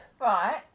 Right